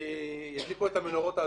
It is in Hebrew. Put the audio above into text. ידליקו את המנורות האדומות.